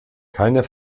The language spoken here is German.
keiner